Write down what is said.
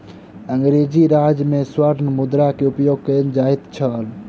अंग्रेजी राज में स्वर्ण मुद्रा के उपयोग कयल जाइत छल